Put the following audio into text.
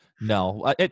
No